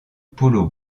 polo